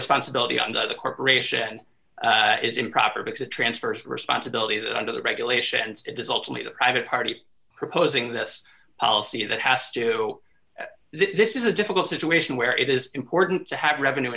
responsibility on the corporation is improper because it transfers responsibility that under the regulations it does alter the private party proposing this policy that has to this is a difficult situation where it is important to have revenue